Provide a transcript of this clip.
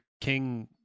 king